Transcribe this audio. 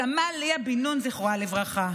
סמל ליאה בן נון, זכרה לברכה,